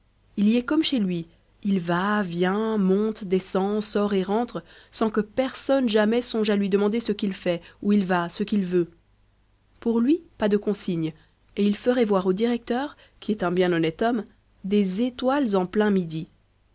il y est comme chez lui il va vient monte descend sort et rentre sans que personne jamais songe à lui demander ce qu'il fait où il va ce qu'il veut pour lui pas de consigne et il ferait voir au directeur qui est un bien honnête homme des étoiles en plein midi